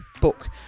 book